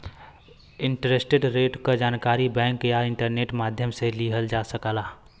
interest rate क जानकारी bank या इंटरनेट माध्यम से लिहल जा सकला